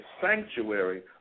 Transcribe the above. sanctuary